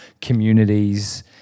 communities